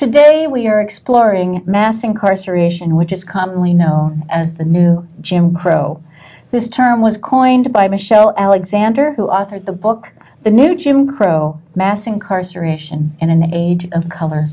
today we're exploring mass incarceration which is commonly know as the new jim crow this term was coined by michelle alexander who authored the book the new jim crow mass incarceration in an age of color